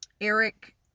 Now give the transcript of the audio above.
Eric